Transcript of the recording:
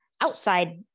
outside